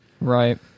Right